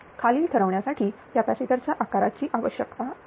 खालील ठरवण्यासाठी कॅपॅसिटरच्या आकाराची आवश्यकता आहे